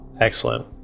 Excellent